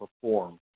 perform